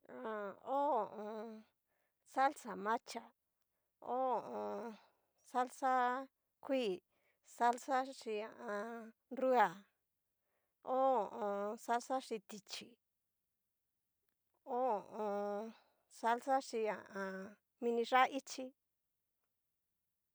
Ha. ho o on. salsa macha, ho o on. salsa kuii, salsa xhí ha a an. nrua. ho o on salsa xhi tichí, ho o on salsa xhí ha a an mini yá'a ichi.